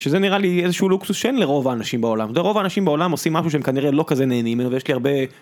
שזה נראה לי איזשהו לוקסוס שאין לרוב האנשים בעולם, רוב האנשים בעולם עושים משהו שהם כנראה לא כזה נהנים ממנו, ויש לי הרבה